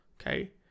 Okay